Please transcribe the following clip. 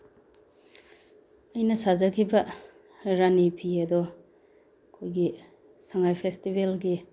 ꯑꯩꯅ ꯁꯥꯖꯈꯤꯕ ꯔꯥꯅꯤ ꯐꯤ ꯑꯗꯣ ꯑꯩꯈꯣꯏꯒꯤ ꯁꯉꯥꯏ ꯐꯦꯁꯇꯤꯚꯦꯜꯒꯤ